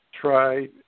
Try